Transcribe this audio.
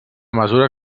mesura